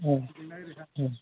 उम उम